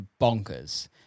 bonkers